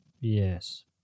Yes